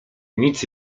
nic